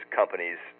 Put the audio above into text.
companies